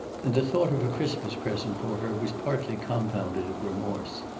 and the thought of a christmas present for her was partly compounded of remorse.